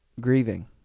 Grieving